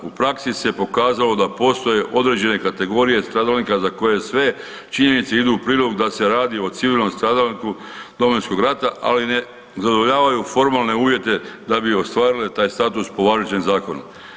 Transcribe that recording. U praksi se pokazalo da postoje određene kategorije stradalnika za koje sve činjenice idu u prilog da se radi o civilnom stradalniku Domovinskog rata, ali ne zadovoljavaju formalne uvjete da bi ostvarile taj status po važećem zakonu.